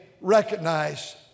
recognize